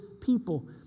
people